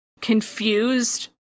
confused